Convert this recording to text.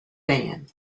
band